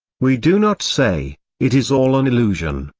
we do not say, it is all an illusion,